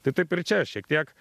tai taip ir čia šiek tiek